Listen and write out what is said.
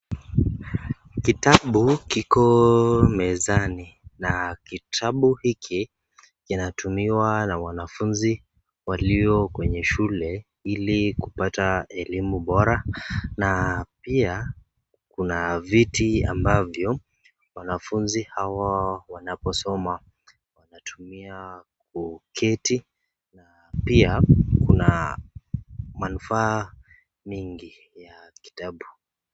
Kitabu kiko mezani, na kitabu hiki kinatumiwa na wanafunzi walio kwenye shule ili kupata elimu bora, na pia kuna kiti ambavyo wanafunzi hawa wanaposoma wanatumia kuketi, na pia kuna manufaa mengi ya kitabu.